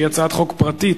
שהיא הצעת חוק פרטית,